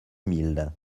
mille